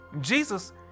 Jesus